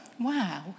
Wow